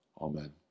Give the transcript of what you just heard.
Amen